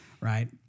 right